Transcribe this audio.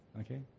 Okay